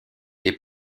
est